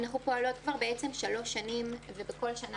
אנחנו פועלות כבר שלוש שנים ובכל שנה